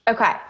Okay